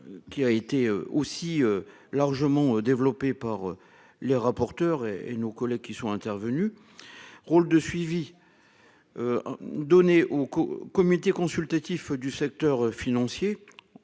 Qui a été aussi largement développé par le rapporteur et et nos collègues qui sont intervenus. Rôle de suivi. Au qu'au comité consultatif du secteur financier.